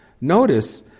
Notice